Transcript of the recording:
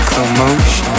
Commotion